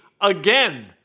again